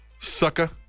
sucker